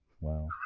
Wow